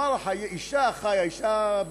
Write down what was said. מראה חיה, אישה חיה,